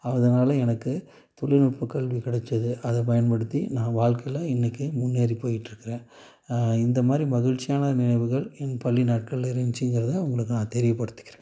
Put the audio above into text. அதனால எனக்கு தொழில்நுட்ப கல்வி கிடச்சிது அதை பயன்படுத்தி நான் வாழ்க்கையில இன்னக்கு முன்னேறி போயிட்டிருக்குறேன் இந்தமாதிரி மகிழ்ச்சியான நினைவுகள் என் பள்ளி நாட்கள்ல இருந்துச்சிங்கிறதை உங்களுக்கு நான் தெரியப்படுத்திக்கிறேன்